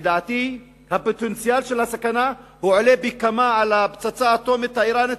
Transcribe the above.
לדעתי הפוטנציאל של הסכנה עולה פי-כמה על הפצצה האטומית האירנית,